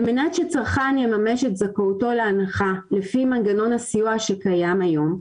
על-מנת שצרכן יממש את זכאותו להנחה לפי מנגנון הסיוע שקיים היום,